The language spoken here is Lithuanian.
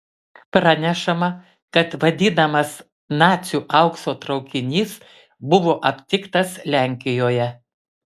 pranešama kad vadinamas nacių aukso traukinys buvo aptiktas lenkijoje